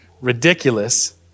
ridiculous